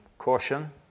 caution